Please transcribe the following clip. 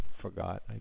forgot